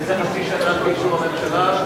וזה חצי שנה על-פי אישור הממשלה.